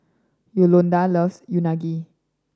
Yolanda loves Unagi